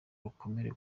rukomere